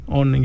on